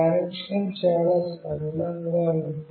connection చాలా సరళంగా ఉంటుంది